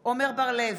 בהצבעה עמר בר לב,